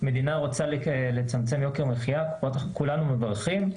ואם המדינה רוצה לצמצם את יוקר המחיה כולנו מברכים,